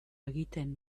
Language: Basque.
egiten